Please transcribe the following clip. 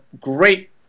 great